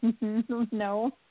no